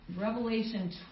revelation